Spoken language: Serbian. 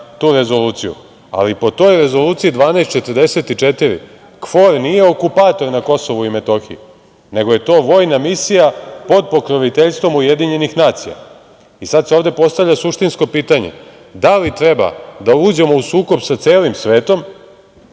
tu Rezoluciju. Po toj Rezoluciji 1244 KFOR nije okupator na Kosovu i Metohiji, nego je to vojna misija pod pokroviteljstvom Ujedinjenih nacija. Sad se ovde postavlja suštinsko pitanje - da li treba da uđemo u sukob sa celim svetom